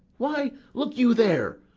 why, look you there!